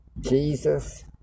Jesus